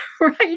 right